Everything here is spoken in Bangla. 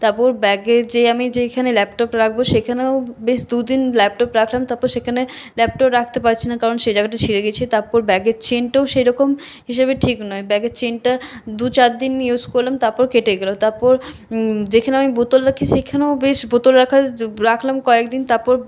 তারপর ব্যাগের যেই আমি যেইখানে ল্যাপটপ রাখবো সেখানেও বেশ দু দিন ল্যাপটপ রাখলাম তারপরে সেখানে ল্যাপটপ রাখতে পারছি না কারণ সেই জায়গাটা ছিঁড়ে গেছে তারপর ব্যাগের চেনটাও সেইরকম সেই হিসেবে ঠিক নয় ব্যাগের চেনটা দু চার দিন ইউজ করলাম তারপর কেটে গেল তারপর যেখানে আমি বোতল রাখি সেখানেও বেশ বোতল রাখলাম কয়েকদিন তারপর